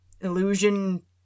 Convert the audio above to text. illusion